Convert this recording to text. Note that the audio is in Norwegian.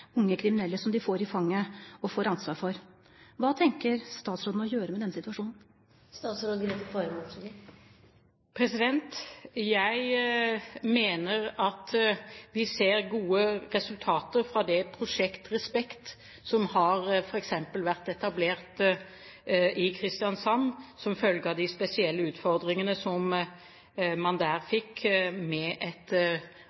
unge kriminelle som de får i fanget og får ansvar for. Hva tenker statsråden å gjøre med denne situasjonen? Jeg mener at vi ser gode resultater fra f.eks. det «Prosjekt respekt» som har vært etablert i Kristiansand som følge av de spesielle utfordringene som man der